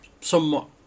somewhat